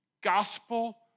gospel